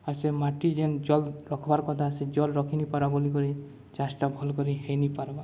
ଆଉ ସେ ମାଟି ଯେନ୍ ଜଲ୍ ରଖ୍ବାର୍ କଥା ସେ ଜଲ୍ ରଖିିନି ପାରବା ବୋଲିିକରି ଚାଷଟା ଭଲ୍ କରି ହେଇନି ପାର୍ବା